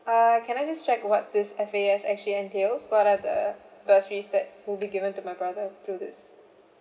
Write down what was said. uh can I just check what this F_A_S actually entails what are the bursaries that will be given to my brother through this